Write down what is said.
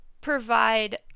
provide